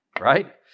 Right